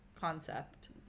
concept